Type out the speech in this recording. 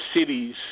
cities